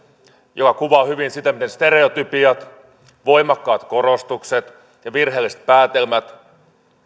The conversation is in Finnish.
joka kuvaa hyvin sitä miten stereotypiat voimakkaat korostukset ja virheelliset päätelmät